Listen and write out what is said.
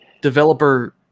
developer